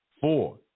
Four